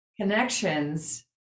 connections